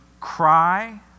cry